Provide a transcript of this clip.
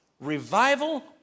revival